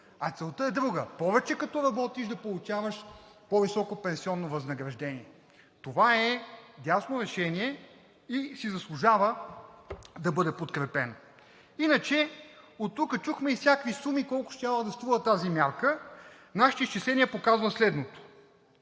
а целта е друга – като повече работиш, да получаваш по-високо пенсионно възнаграждение. Това е дясно решение и си заслужава да бъде подкрепено. Иначе оттук чухме за всякакви суми колко щяло да струва тази мярка. Нашите изчисления показват следното,